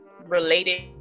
related